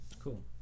cool